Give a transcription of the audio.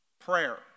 prayer